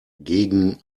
gegen